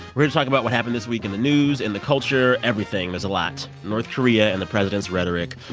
we're here to talk about what happened this week in the news, in the culture, everything. there's a lot. north korea and the president's rhetoric,